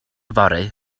fory